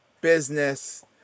business